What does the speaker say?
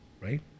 right